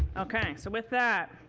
ok. so with that,